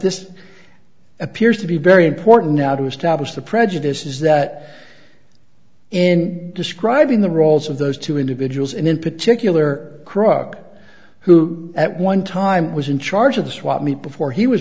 this appears to be very important now to establish the prejudice is that in describing the roles of those two individuals and in particular crook who at one time was in charge of the swap meet before he was